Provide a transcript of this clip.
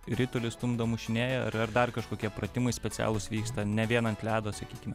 ritulį stumdo mušinėja ar ar dar kažkokie pratimai specialūs vyksta ne vien ant ledo sakykime